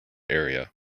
area